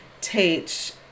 teach